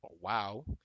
wow